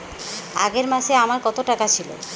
আগের মাসে আমার কত টাকা ছিল?